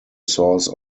source